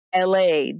LA